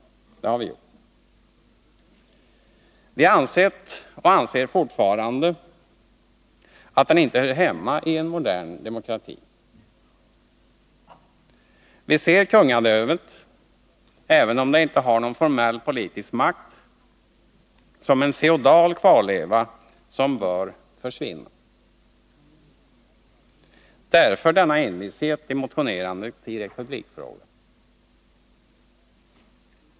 Vi har ansett, och anser fortfarande, att den inte hör hemmai en modern demokrati. Vi ser kungadömet, även då det inte har någon formell politisk makt, som en feodal kvarleva, som bör försvinna. Därför denna envishet i motionerande i republikfrågan.